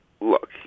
look